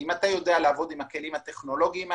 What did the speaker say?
אם אתה ידוע לעבוד עם הכלים הטכנולוגיים האלה,